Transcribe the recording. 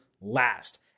last